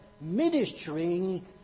ministering